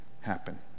happen